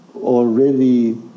already